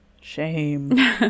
Shame